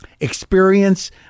experience